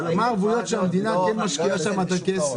אבל מה הערבויות שהמדינה כן משקיעה שם את הכסף?